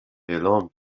اعلام